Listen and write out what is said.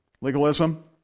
legalism